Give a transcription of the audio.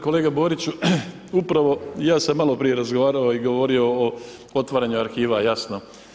Kolega Borić, upravo ja sam maloprije razgovarao i govorio o otvaranju arhiva, jasno.